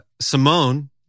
Simone